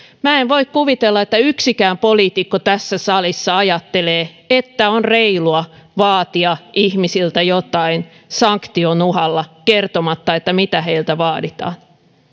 minä en voi kuvitella että yksikään poliitikko tässä salissa ajattelee että on reilua vaatia ihmisiltä jotain sanktion uhalla kertomatta mitä heiltä vaaditaan